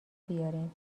بیارین